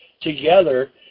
together